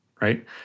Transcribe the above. right